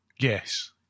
Yes